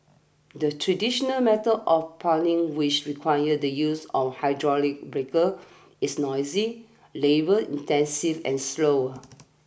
the traditional method of piling which requires the use of hydraulic breaker is noisy labour intensive and slower